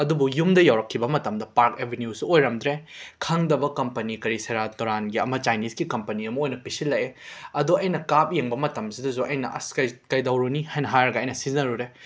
ꯑꯗꯨꯕꯨ ꯌꯨꯝꯗ ꯌꯧꯔꯛꯈꯤꯕ ꯃꯇꯝꯗ ꯄꯥꯔꯛ ꯑꯦꯕꯦꯅ꯭ꯌꯨꯁꯨ ꯑꯣꯏꯔꯝꯗ꯭ꯔꯦ ꯈꯪꯗꯕ ꯀꯝꯄꯅꯤ ꯀꯔꯤ ꯁꯦꯔꯥꯟ ꯇꯨꯔꯥꯟꯒꯤ ꯑꯃ ꯆꯥꯏꯅꯤꯁꯀꯤ ꯀꯝꯄꯅꯤ ꯑꯃ ꯑꯣꯏꯅ ꯄꯤꯁꯤꯜꯂꯛꯑꯦ ꯑꯗꯣ ꯑꯩꯅ ꯀꯥꯞ ꯌꯦꯡꯕ ꯃꯇꯝꯁꯤꯗꯁꯨ ꯑꯩꯅ ꯑꯁ ꯀꯩ ꯀꯩꯗꯧꯔꯨꯅꯤ ꯍꯥꯏꯅ ꯍꯥꯏꯔꯒ ꯑꯩꯅ ꯁꯤꯖꯤꯟꯅꯔꯨꯔꯦ